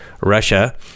Russia